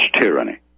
tyranny